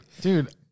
Dude